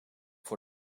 voor